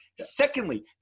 Secondly